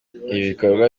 bikorwa